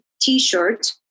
T-shirt